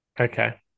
Okay